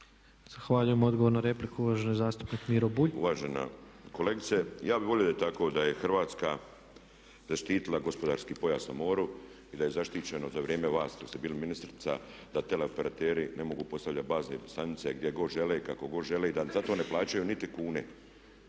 Zahvaljujem. Odgovor na repliku uvaženi zastupnik Miro Bulj. **Bulj, Miro (MOST)** Uvažena kolegice, ja bih volio da je tako da je Hrvatska zaštitila gospodarski pojas na moru i da je zaštićeno u to vrijeme vas kada ste bili ministrica da tele operateri ne mogu postavljati bazne stanice gdje god žele i kako god žele i da za to ne plaćaju niti kune.